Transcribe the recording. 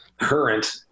current